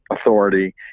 authority